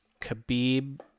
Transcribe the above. Khabib